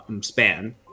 span